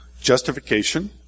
justification